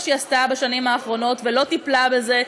שהיא עשתה בשנים האחרונות ולא טיפלה בזה,